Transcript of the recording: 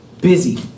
busy